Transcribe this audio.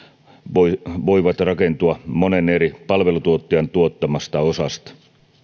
voi rakentua monen eri palveluntuottajan tuottamasta osasta